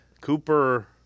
Cooper